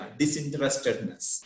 disinterestedness